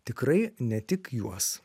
tikrai ne tik juos